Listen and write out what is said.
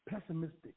pessimistic